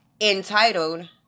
entitled